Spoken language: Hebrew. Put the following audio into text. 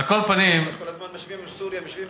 כל הזמן משווים עם סוריה.